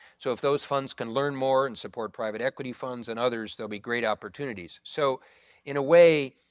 so if those funds can learn more and support private equity funds and others they'll be great opportunities. so in a way,